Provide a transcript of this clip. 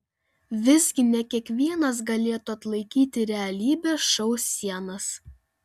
visgi ne kiekvienas galėtų atlaikyti realybės šou sienas